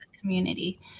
community